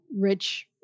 rich